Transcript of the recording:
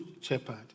shepherd